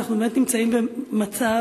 ואנחנו באמת נמצאים במצב